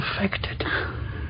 affected